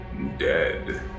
dead